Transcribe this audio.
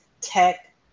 tech